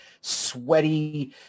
sweaty